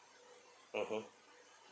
mmhmm